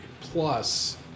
Plus